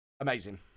amazing